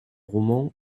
roman